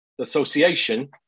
association